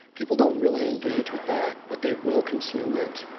people don't really engage with that, but they will consume it.